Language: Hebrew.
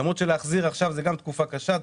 למרות שלהחזיר זו גם תקופה קשה.